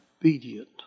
obedient